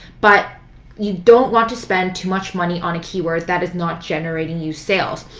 but you don't want to spend too much money on a keyword that is not generating you sales.